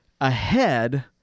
ahead